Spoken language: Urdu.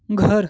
گھر